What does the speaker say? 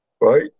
right